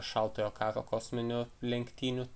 šaltojo karo kosminių lenktynių